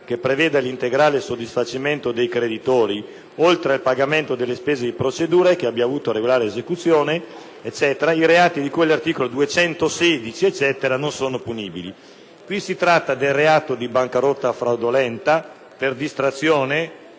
che preveda l’integrale soddisfacimento dei creditori, oltre al pagamento delle spese di procedura, e che abbia avuto regolare esecuzione… i reati di cui agli articoli 216, 217 e 223 del codice penale non sono punibili». Qui si tratta del reato di bancarotta fraudolenta, per distrazione,